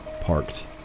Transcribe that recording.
parked